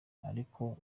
ariko